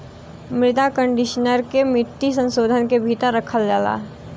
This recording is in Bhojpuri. मृदा कंडीशनर के मिट्टी संशोधन के भीतर रखल जाला